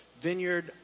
Vineyard